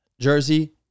jersey